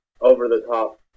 over-the-top